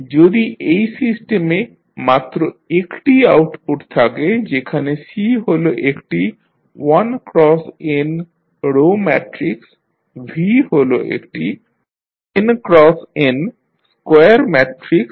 যদি এই সিস্টেমে মাত্র একটি আউটপুট থাকে যেখানে C হল একটি 1×nরো ম্যাট্রিক্স V হল একটি n×nস্কোয়ার ম্যাট্রিক্স